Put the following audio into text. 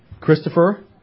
Christopher